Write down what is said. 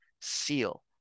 seal